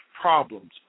problems